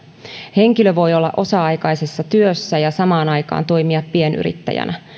henkilö voi olla osa aikaisessa työssä ja samaan aikaan toimia pienyrittäjänä